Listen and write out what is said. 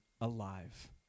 alive